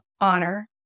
honor